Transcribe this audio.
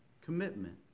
Commitment